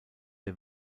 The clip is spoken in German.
der